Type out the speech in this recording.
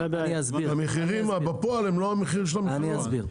שהמחירים בפועל הם לא המחירים של המכוניות.